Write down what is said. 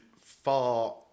far